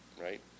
right